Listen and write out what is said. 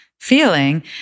Feeling